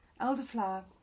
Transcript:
elderflower